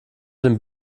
den